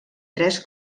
tres